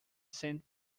saint